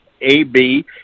AB